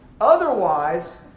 Otherwise